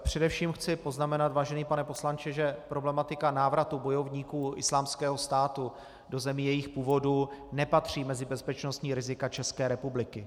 Především chci poznamenat, vážený pane poslanče, že problematika návratu bojovníků Islámského státu do zemí jejich původu nepatří mezi bezpečnostní rizika České republiky.